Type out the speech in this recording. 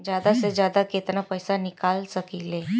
जादा से जादा कितना पैसा निकाल सकईले?